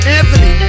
Anthony